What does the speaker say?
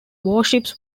warships